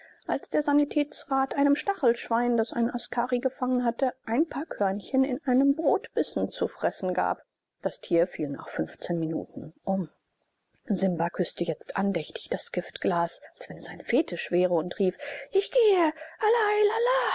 als der sanitätsrat einem stachelschwein das ein askari gefangen hatte ein paar körnchen in einem brotbissen zu fressen gab das tier fiel nach fünfzehn minuten um simba küßte jetzt andächtig das giftglas als wenn's ein fetisch wäre und rief ich gehe allah il allah